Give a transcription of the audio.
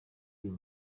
uyu